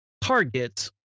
targets